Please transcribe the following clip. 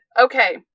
Okay